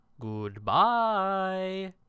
Goodbye